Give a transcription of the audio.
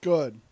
Good